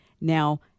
Now